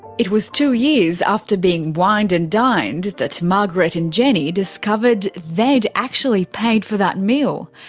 it was two years after being wined and dined that margaret and jenny discovered they'd actually paid for that meal.